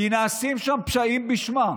כי נעשים שם פשעים בשמה,